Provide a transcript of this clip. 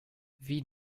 wie